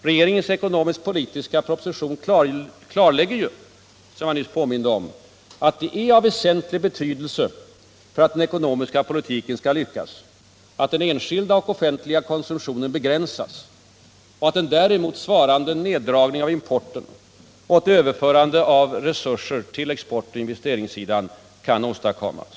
Regeringens ekonomisk-politiska proposition klarlägger ju — som jag nyss påminde om — att det är av väsentlig betydelse för att den ekonomiska politiken skall lyckas att den enskilda och offentliga konsumtionen begränsas och att en däremot svarande neddragning av importen och ett överförande av resurser till exportoch investeringssidan kan åstadkommas.